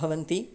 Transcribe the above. भवन्ति